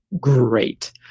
great